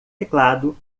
teclado